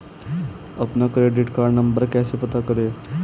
अपना credit card number कैसे पता करें?